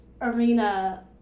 arena